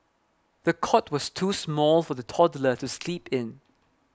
the cot was too small for the toddler to sleep in